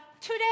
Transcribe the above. today